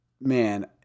man